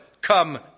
come